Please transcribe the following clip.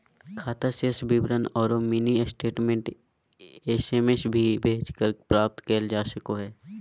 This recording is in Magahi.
खाता शेष विवरण औरो मिनी स्टेटमेंट एस.एम.एस भी भेजकर प्राप्त कइल जा सको हइ